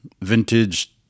vintage